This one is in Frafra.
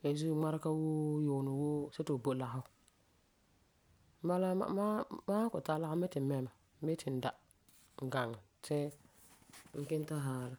Beni zuo ŋmarega woo, yuunɛ woo see ti fu bo lagefɔ. Bala la ma san kɔ'ɔm tara lagefɔ ma yeti n mɛ mɛ bii ti n da gaŋɛ ti n kiŋɛ haɛ la.